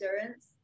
endurance